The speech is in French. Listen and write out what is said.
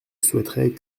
souhaiterais